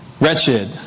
wretched